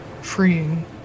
freeing